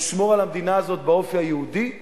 לשמור על המדינה הזאת באופי היהודי,